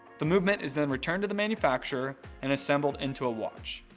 the movement is then returned to the manufacturer, and assembled into a watch.